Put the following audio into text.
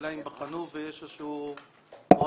השאלה היא אם הם בחנו ויש איזשהו רעיון.